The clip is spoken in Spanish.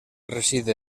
reside